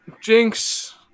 Jinx